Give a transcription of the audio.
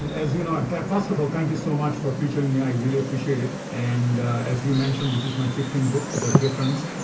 and as you know. and first of all, thank you so much for featuring me. i really appreciate it. and as you mentioned, this is my fifteenth book, the difference.